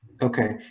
Okay